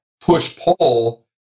push-pull